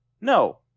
No